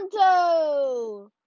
Toronto